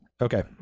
okay